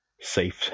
safe